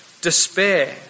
despair